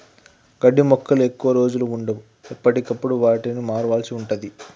గడ్డి మొక్కలు ఎక్కువ రోజులు వుండవు, ఎప్పటికప్పుడు వాటిని మార్వాల్సి ఉంటది